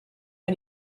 but